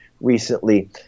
recently